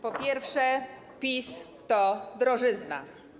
Po pierwsze, PiS to drożyzna.